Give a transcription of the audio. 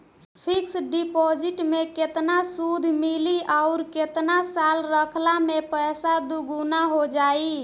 Fix deposit मे केतना सूद मिली आउर केतना साल रखला मे पैसा दोगुना हो जायी?